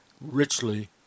richly